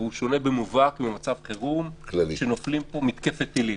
והוא שונה במובהק ממצב חירום שנופלת פה מתקפת טילים.